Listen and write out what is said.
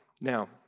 Now